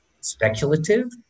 speculative